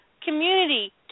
community